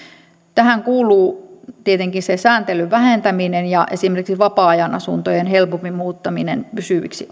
tähän kuuluu tietenkin se sääntelyn vähentäminen ja esimerkiksi vapaa ajan asuntojen helpompi muuttaminen pysyviksi